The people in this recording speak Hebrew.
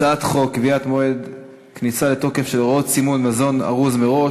הצעת חוק קביעת מועד כניסה לתוקף של הוראות סימון מזון ארוז מראש,